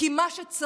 כי מה שצריך